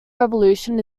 revolution